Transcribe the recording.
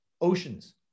oceans